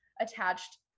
attached